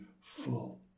full